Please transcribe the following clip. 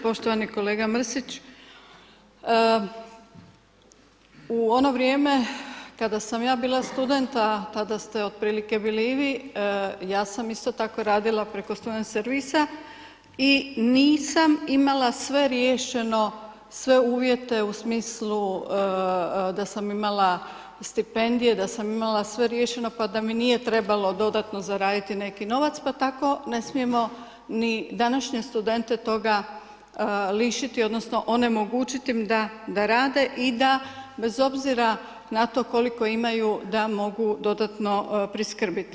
Poštovani kolega Mrsić, u ono vrijeme kada sam ja bila studentica tada ste otprilike bili i vi, ja sam isto tako radila preko student servisa i nisam imala sve riješeno, sve uvjete u smislu da sam imala stipendije, da sam imala sve riješeno pa da mi nije trebalo dodatno zaraditi neki novac pa tako ne smijemo ni današnje studente toga lišiti, odnosno onemogućiti im da rade i da bez obzira na to koliko imaju da mogu dodatno priskrbiti.